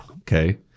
Okay